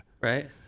Right